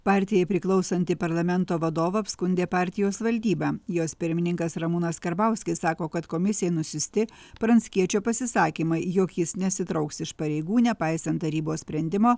partijai priklausantį parlamento vadovą apskundė partijos valdyba jos pirmininkas ramūnas karbauskis sako kad komisijai nusiųsti pranckiečio pasisakymai jog jis nesitrauks iš pareigų nepaisant tarybos sprendimo